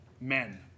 Men